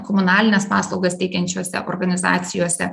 komunalines paslaugas teikiančiose organizacijose